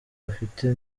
bafite